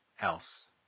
else